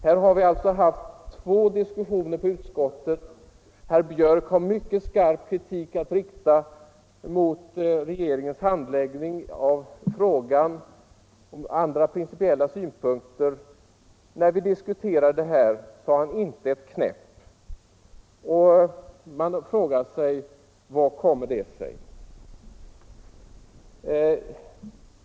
Här har vi alltså haft två diskussioner i utskottet. Herr Björck har mycket skarp kritik att rikta mot regeringens handläggning av frågan, och han har andra principiella synpunkter. När vi diskuterade detta, sade han inte ett knäpp. Man frågar sig: Vad beror det på?